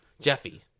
Jeffy